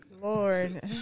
Lord